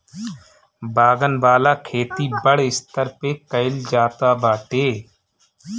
बागन वाला खेती बड़ स्तर पे कइल जाता बाटे